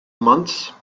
months